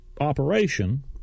operation